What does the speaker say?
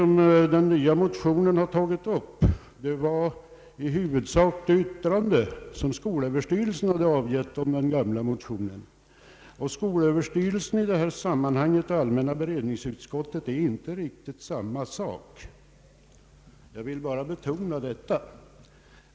I den nya motionen har erinrats om det yttrande som skolöverstyrelsen hade avgett över den gamla motionen. Skolöverstyrelsen i detta sammanhang och allmänna beredningsutskottet är inte riktigt samma sak. Jag vill understryka detta.